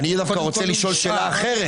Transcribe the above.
אני רוצה לשאול שאלה אחרת.